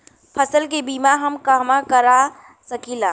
फसल के बिमा हम कहवा करा सकीला?